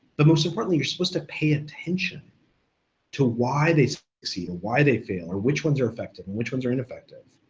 but most importantly you're supposed to pay attention to why they succeed or why they fail or which ones are effective and which ones are ineffective.